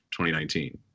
2019